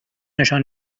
نشان